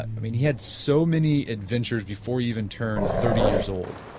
i mean he had so many adventures before he even turned thirty years old.